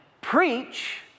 preach